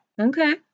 Okay